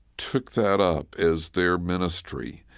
took that up as their ministry,